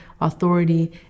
authority